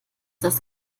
das